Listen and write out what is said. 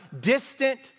distant